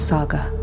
Saga